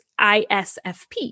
ISFP